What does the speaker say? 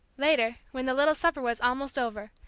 later, when the little supper was almost over,